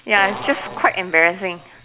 ya its just quite embarrassing